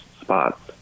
spots